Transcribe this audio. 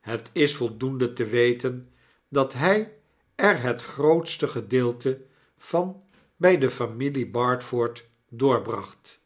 het is voldoende te weten dat hy er het grootste gedeelte van by de familie barford doorbracht